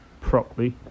properly